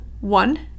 one